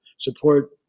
support